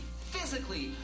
physically